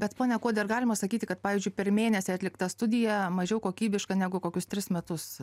bet pone kuodi ar galima sakyti kad pavyzdžiui per mėnesį atlikta studija mažiau kokybiška negu kokius tris metus